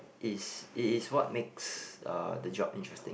it's it is what makes uh the job interesting